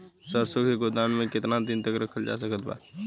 सरसों के गोदाम में केतना दिन तक रखल जा सकत बा?